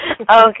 Okay